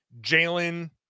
Jalen